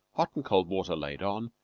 hot and cold water laid on,